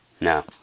No